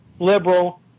liberal